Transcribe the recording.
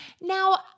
Now